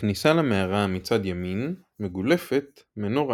בכניסה למערה מצד ימין מגולפת מנורה.